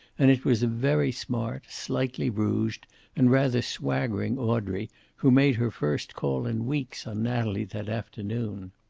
and it was a very smart, slightly rouged and rather swaggering audrey who made her first call in weeks on natalie that afternoon.